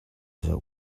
zoh